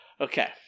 Okay